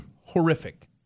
Horrific